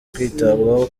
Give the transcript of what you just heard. kwitabwaho